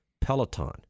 Peloton